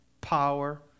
power